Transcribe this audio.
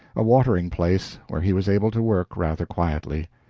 a watering-place, where he was able to work rather quietly.